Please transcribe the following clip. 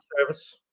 service